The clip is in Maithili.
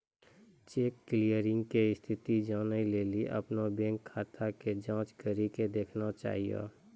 चेक क्लियरिंग के स्थिति जानै लेली अपनो बैंक खाता के जांच करि के देखना चाहियो